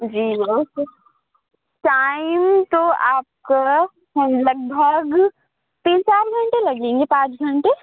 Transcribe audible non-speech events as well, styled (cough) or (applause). جی (unintelligible) time تو آپ کا لگ بھگ تین چار گھنٹے لگیں گے پانچ گھنٹے